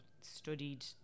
studied